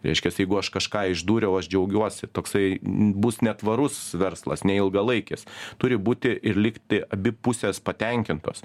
reiškias jeigu aš kažką išdūriau aš džiaugiuosi toksai bus netvarus verslas neilgalaikis turi būti ir likti abi pusės patenkintos